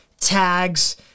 tags